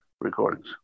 Recordings